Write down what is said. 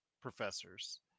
professors